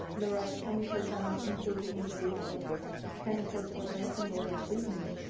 fluoride chemicals are not included in the list of chemicals for drinking water treatment.